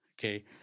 okay